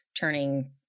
turning